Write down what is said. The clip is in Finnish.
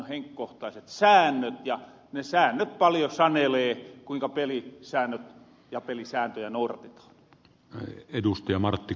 kohtaiset säännöt ja ne säännöt paljo sanelee kuinka pelisääntöjä nouratetahan